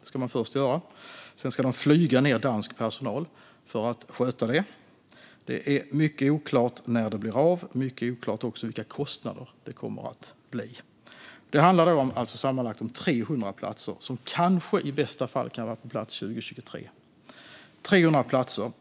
Det ska man göra först. Sedan ska man flyga ned dansk personal för att sköta det. Det är mycket oklart när det blir av och vilka kostnader det kommer att bli. Det handlar alltså om sammanlagt 300 platser som kanske, i bästa fall, kan vara på plats 2023. Det handlar alltså om 300 platser.